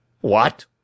What